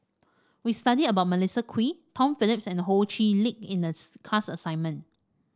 we studied about Melissa Kwee Tom Phillips and Ho Chee Lick in the class assignment